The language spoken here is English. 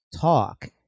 talk